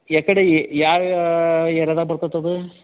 ಯಾಕಡೆ ಯಾ ಏರ್ಯಾದಾಗ ಬರ್ತತದು